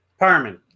Parman